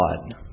God